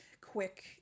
quick